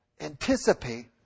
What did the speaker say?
anticipate